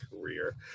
career